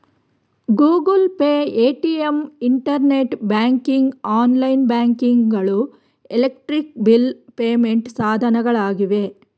Google Pay, Paytm, internet banking, online banking ಗಳು electric bill payment ಸಾಧನಗಳಾಗಿವೆ